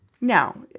Now